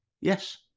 Yes